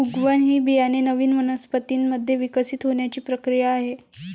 उगवण ही बियाणे नवीन वनस्पतीं मध्ये विकसित होण्याची प्रक्रिया आहे